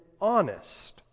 honest